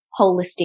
holistic